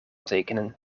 tekenen